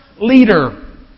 leader